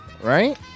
right